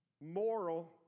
moral